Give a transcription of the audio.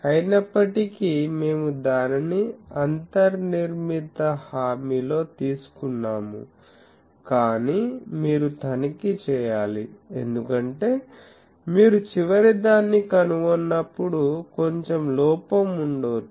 అయినప్పటికీ మేము దానిని అంతర్నిర్మిత హామీలో తీసుకున్నాము కానీ మీరు తనిఖీ చేయాలి ఎందుకంటే మీరు చివరిదాన్ని కనుగొన్నప్పుడు కొంచెం లోపం ఉండవచ్చు